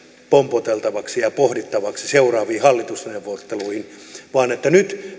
pompoteltavaksi ja seuraaviin hallitusneuvotteluihin pohdittavaksi nyt